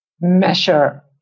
measure